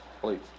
please